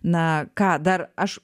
na ką dar aš